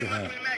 סליחה,